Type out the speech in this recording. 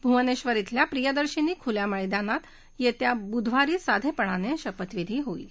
भुवनेश्वर खिल्या प्रदर्शिनी खुल्या मैदानात येत्या बुधवारी साधेपणाने शपथविधी होईल